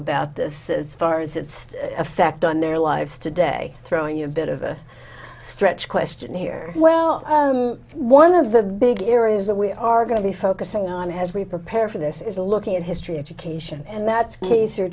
about this as far as its effect on their lives today throwing you a bit of a stretch question here well one of the big areas that we are going to be focusing on as we prepare for this is looking at history education and that's the case or